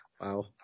Wow